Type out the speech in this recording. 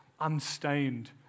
unstained